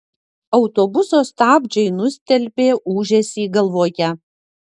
autobuso stabdžiai nustelbė ūžesį galvoje